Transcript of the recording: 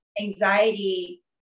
anxiety